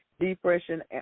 Depression